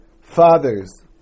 fathers